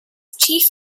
chief